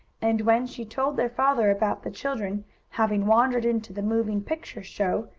and when she told their father about the children having wandered into the moving picture show,